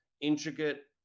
intricate